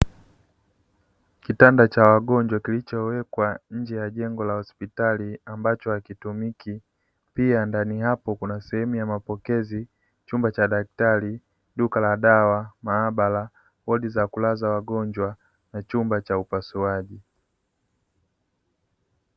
Kitanda cha wagonjwa kilichowekwa nje ya jengo la hospitali ambacho hakitumiki. Pia ndani hapo kuna sehemu ya mapokezi, chumba cha daktari, duka la dawa, maabara, wodi za kulaza wagonjwa na chumba cha upasuaji.